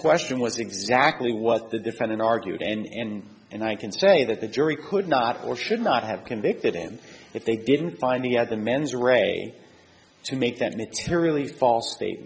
question was exactly what the defendant argued and and i can say that the jury could not or should not have convicted him if they didn't find the other mens rea to make that materially false state